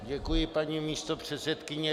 Děkuji, paní místopředsedkyně.